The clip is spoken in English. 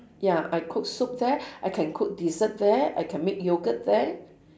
ya I cook soup there I can cook dessert there I can make yogurt there